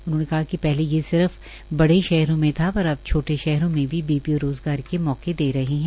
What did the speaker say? उन्होंने कहा कि पहले ये सिर्फ बडे शहरों में थापर अब छोटे शहरों में भी बीपीओ रोजगार के मौके दे रहे हैं